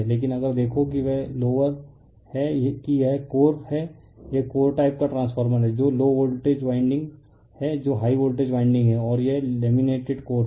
लेकिन अगर देखो कि वह लोअर है कि यह कोर है यह कोर टाइप का ट्रांसफार्मर है जो लो वोल्टेज वाइंडिंग है जो हाई वोल्टेज वाइंडिंग है और यह लैमिनेटेड कोर है